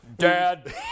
Dad